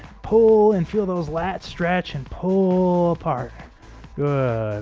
pull and feel those lats stretch and pull apart good